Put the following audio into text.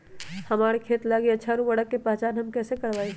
हमार खेत लागी अच्छा उर्वरक के पहचान हम कैसे करवाई?